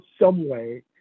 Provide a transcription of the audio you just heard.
someway